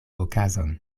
okazon